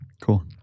Cool